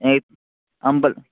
एह् अम्बल